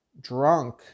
drunk